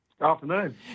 afternoon